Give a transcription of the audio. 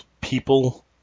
people